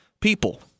people